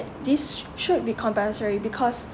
this s~ should be compulsory because